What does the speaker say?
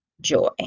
joy